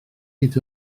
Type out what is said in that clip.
hyd